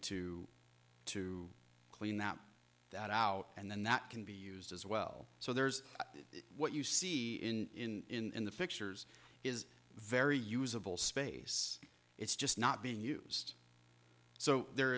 to to clean that that out and then that can be used as well so there's what you see in the pictures is very usable space it's just not being used so there